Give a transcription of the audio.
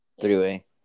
Three-way